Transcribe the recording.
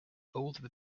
old